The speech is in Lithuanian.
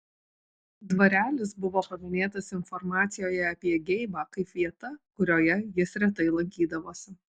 dvarelis buvo paminėtas informacijoje apie geibą kaip vieta kurioje jis retai lankydavosi